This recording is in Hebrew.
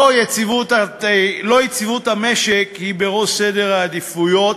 לא יציבות המשק היא בראש סדר העדיפויות,